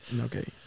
Okay